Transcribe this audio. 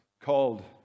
called